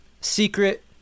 Secret